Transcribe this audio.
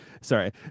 Sorry